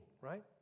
right